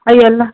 ஐ எல்லாம்